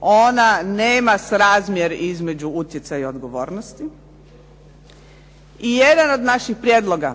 Ona nema srazmjer između utjecaja i odgovornosti. I jedan od naših prijedloga